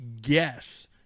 guess